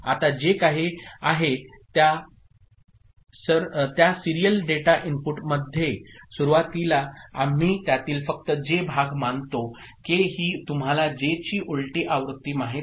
आता जे काही आहे त्या सीरियल डेटा इनपुटमध्ये सुरुवातीला आम्ही त्यातील फक्त J भाग मानतो के ही तुम्हाला जे ची उलटी आवृत्ती माहित आहे